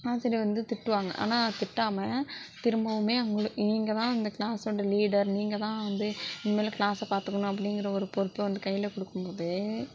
ஆசிரியர் வந்து திட்டுவாங்க ஆனால் திட்டாமல் திரும்பவும் நீங்கள் தான் இந்த கிளாஸோட லீடர் நீங்கள் தான் வந்து இனிமேல் கிளாஸை பாத்துக்கணும் அப்டிங்கிற ஒரு பொறுப்பை வந்து கையில் கொடுக்கும்போது